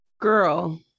Girl